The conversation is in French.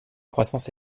croissance